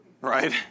Right